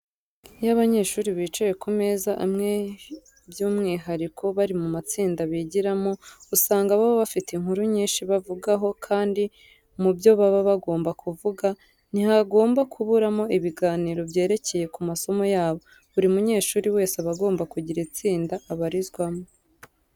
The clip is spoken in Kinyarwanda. Iyo abanyeshuri bicaye ku meza amwe by'umwihariko bari mu matsinda bigiramo usanga baba bafite inkuru nyinshi bavugaho kandi mu byo baba bagomba kuvuga, ntihagomba kuburamo ibiganiro byerekeye ku masomo yabo. Buri munyeshuri wese aba agomba kugira itsinda abarizwamo.